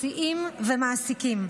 מסיעים ומעסיקים.